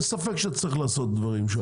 אין ספר שצריך לעשות דברים שם,